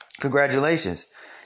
Congratulations